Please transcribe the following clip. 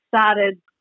started